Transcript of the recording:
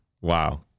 Wow